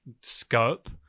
scope